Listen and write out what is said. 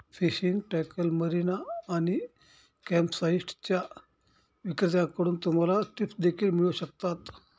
fishing tackle, marina आणि कॅम्पसाइट्सच्या विक्रेत्यांकडून तुम्हाला टिप्स देखील मिळू शकतात